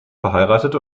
verheiratet